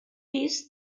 pis